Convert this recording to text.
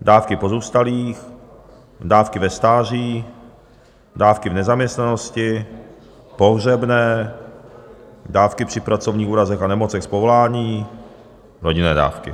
dávky pozůstalých, dávky ve stáří, dávky v nezaměstnanosti, pohřebné, dávky při pracovních úrazech a nemocech z povolání, rodinné dávky.